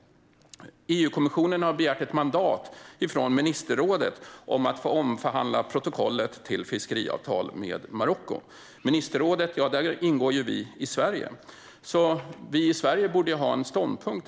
EU-kommissionen har begärt ett mandat från ministerrådet om att få omförhandla protokollet till fiskeavtal med Marocko. I ministerrådet ingår ju vi i Sverige, så vi borde ha en ståndpunkt.